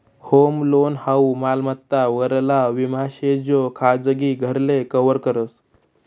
home loan हाऊ मालमत्ता वरला विमा शे जो खाजगी घरले कव्हर करस